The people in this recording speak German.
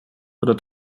oder